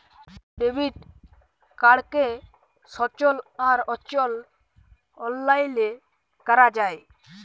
debit কাড়কে সচল আর অচল অললাইলে ক্যরা যায়